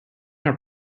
our